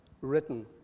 written